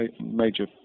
major